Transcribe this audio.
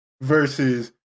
Versus